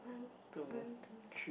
one one two three